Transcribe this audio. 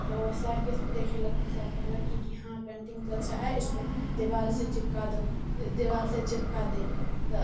तऽ ओ सरकेँ देखओलक तऽ सर कहलक कि कि हँ पेंटिंग तो अच्छा है इसको देबालसँ चिपका दो देबालसँ चिपका दे तऽ